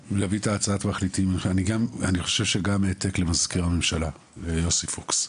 אני חושב שגם העתק למזכיר הממשלה ויוסי פוקס,